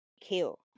kill